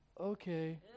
okay